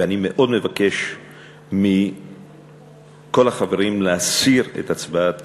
ואני מאוד מבקש מכל החברים להסיר את הצעת